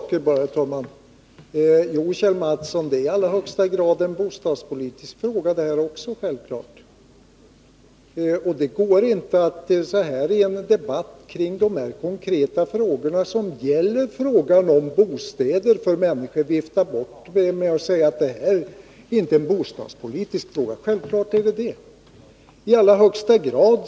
Herr talman! Två saker bara, herr talman. Detta är, Kjell Mattsson, i allra högsta grad en bostadspolitisk fråga. I en debatt kring dessa konkreta frågor som gäller bostäder kan man inte vifta bort saken genom att säga att detta inte är en bostadspolitisk fråga. Det är det, självklart, i allra högsta grad!